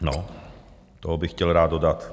No, to bych chtěl rád dodat.